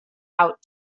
out